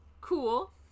Cool